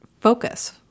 focus